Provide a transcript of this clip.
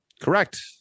Correct